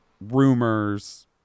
rumors